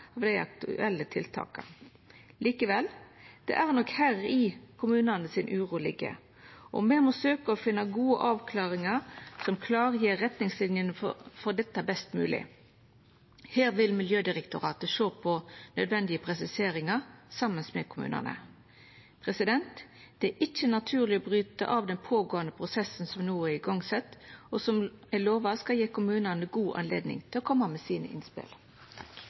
av dei aktuelle tiltaka. Likevel, det er nok her kommunane si uro ligg, og me må søkja å finna gode avklaringar som klargjer retningslinjene for dette best mogleg. Her vil Miljødirektoratet sjå på nødvendige presiseringar saman med kommunane. Det er ikkje naturleg å bryta av den prosessen som no er sett i gang, og som er lova skal gje kommunane god anledning til å koma med sine innspel.